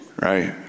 right